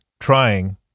trying